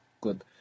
Good